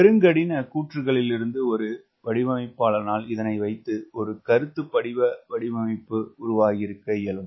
பெருங்கடின கூற்றுகளின்றி ஒரு வடிவமைப்பாளனால் இதனை வைத்து ஒரு கருத்துப்படிவ வடிவமைப்பு உருவாக்கயியலும்